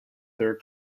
their